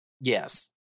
Yes